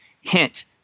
hint